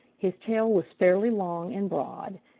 his tail was fairly long and broad.